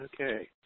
Okay